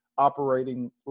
operating